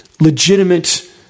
legitimate